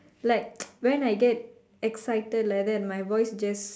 like when I get excited like that my voice just